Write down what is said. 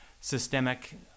systemic